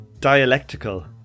dialectical